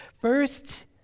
first